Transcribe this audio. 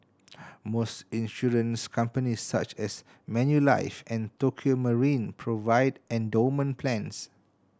most insurance companies such as Manulife and Tokio Marine provide endowment plans